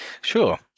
Sure